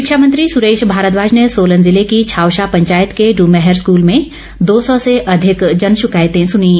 शिक्षा मंत्री सुरेश भारद्वाज ने सोलन जिले की छावशा पंचायत के ड्मैहर स्कूल में दो सौ से अधिक जन शिकायतें सुनीं